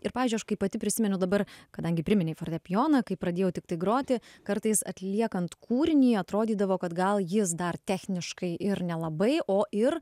ir pavyzdžiui aš kai pati prisiminiau dabar kadangi priminei fortepijoną kai pradėjau tiktai groti kartais atliekant kūrinį atrodydavo kad gal jis dar techniškai ir nelabai o ir